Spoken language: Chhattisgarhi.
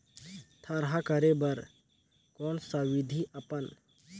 थरहा करे बर कौन सा विधि अपन?